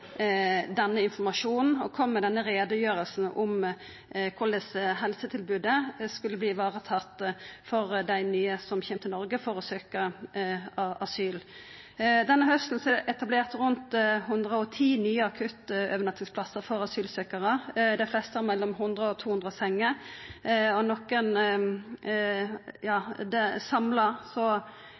denne informasjonen og denne utgreiinga om korleis ein skal sikra helsetilbodet for dei nye som kjem til Noreg for å søkja asyl. Denne hausten er det etablert rundt 110 nye akuttovernattingsplassar for asylsøkjarar, dei fleste har mellom 100 og 200 senger. Samla er det